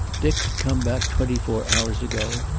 dick had come back twenty-four hours ago.